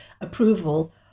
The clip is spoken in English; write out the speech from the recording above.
approval